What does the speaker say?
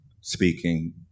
speaking